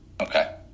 Okay